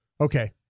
okay